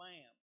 Lamb